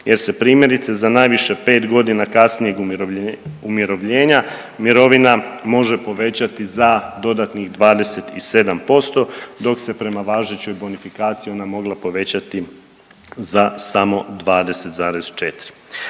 Jer se primjerice za najviše pet godina kasnijeg umirovljenja mirovina može povećati za dodatnih 27% dok se prema važećoj bonifikaciji ona mogla povećati za samo 20,4.